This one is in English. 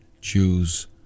choose